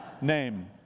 Name